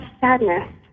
sadness